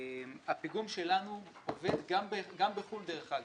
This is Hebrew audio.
הפיגום שלנו עובד גם בחו"ל, דרך אגב.